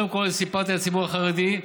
קודם כול, סיפרתי על הציבור החרדי.